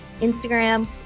Instagram